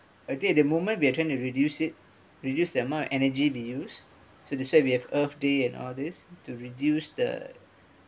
I think at the moment we are trying to reduce it reduce the amount of energy be used so that's why we have earth day and all these to reduce the